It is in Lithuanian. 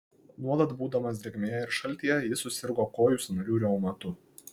nuolat būdamas drėgmėje ir šaltyje jis susirgo kojų sąnarių reumatu